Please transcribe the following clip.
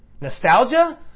nostalgia